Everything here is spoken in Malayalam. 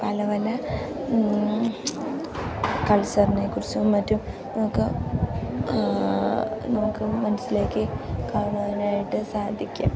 പല പല കൾച്ചറിനെക്കുറിച്ചും മറ്റും നമുക്ക് നമുക്ക് മനസ്സിലേക്ക് കാണാനായിട്ട് സാധിക്കും